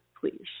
please